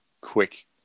quick